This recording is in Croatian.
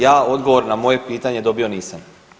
Ja odgovor na moje pitanje dobio nisam.